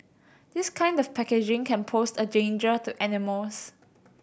this kind of packaging can pose a danger to animals